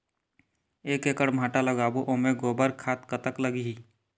एक एकड़ भांटा लगाबो ओमे गोबर खाद कतक लगही?